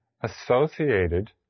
associated